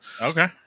Okay